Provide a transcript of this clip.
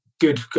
good